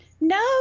No